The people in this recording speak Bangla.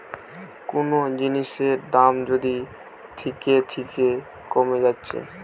কুনো জিনিসের দাম যদি থিকে থিকে কোমে যাচ্ছে